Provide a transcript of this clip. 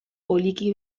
poliki